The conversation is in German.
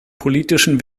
politischen